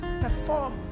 perform